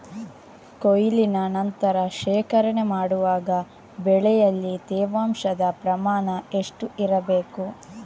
ಕೊಯ್ಲಿನ ನಂತರ ಶೇಖರಣೆ ಮಾಡುವಾಗ ಬೆಳೆಯಲ್ಲಿ ತೇವಾಂಶದ ಪ್ರಮಾಣ ಎಷ್ಟು ಇರಬೇಕು?